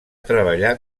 treballar